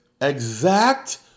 exact